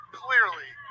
clearly